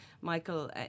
Michael